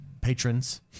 patrons